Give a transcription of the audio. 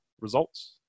results